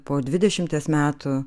po dvidešimties metų